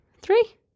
Three